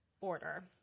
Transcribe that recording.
order